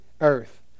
earth